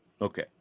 Okay